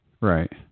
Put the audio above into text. Right